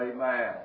amen